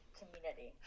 community